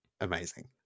Amazing